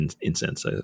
incense